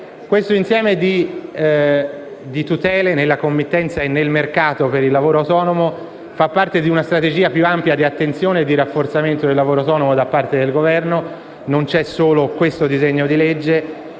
Questo insieme di tutele nella committenza e nel mercato per il lavoro autonomo fa parte di una strategia più ampia di attenzione e di rafforzamento del lavoro autonomo da parte del Governo. Non c'è solo questo disegno di legge: